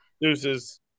deuces